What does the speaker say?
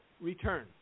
return